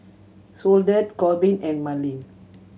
Soledad Korbin and Marlin